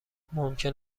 ممکن